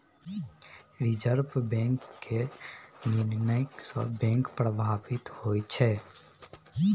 reserve Bank केर निर्णय सँ बैंक प्रभावित होइ छै